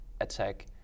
attack